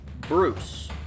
Bruce